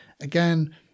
again